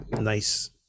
nice